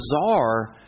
bizarre